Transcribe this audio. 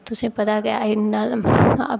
तुसेंगी पता गै एह् इन्ना